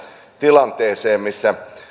tilanteeseen missä